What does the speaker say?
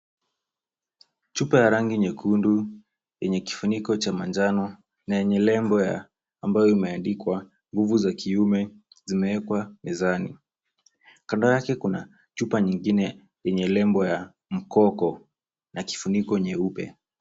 Chupa ya rangi nyekundu yenye kifuniko cha manjano na yenye lebo ambayo imeandikwa nguvu za kiume zimewekwa mezani. Kando yake kuna chupa nyingine yenye lebo ya mkoko na kifuniko nyeupe.